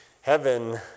Heaven